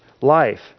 life